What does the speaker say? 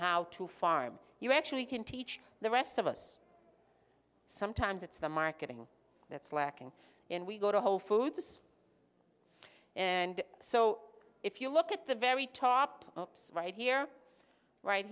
how to farm you actually can teach the rest of us sometimes it's the marketing that's lacking in we go to whole foods and so if you look at the very top right here right